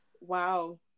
Wow